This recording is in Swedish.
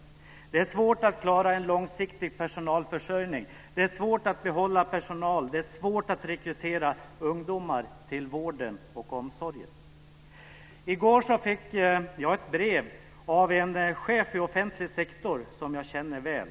Det är svårt att klara en långsiktig personalförsörjning, det är svårt att behålla personal och det är svårt att rekrytera ungdomar till vården och omsorgen. I går fick jag ett brev från en chef i offentlig sektor som jag känner väl.